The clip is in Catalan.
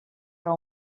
però